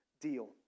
deal